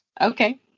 okay